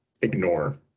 ignore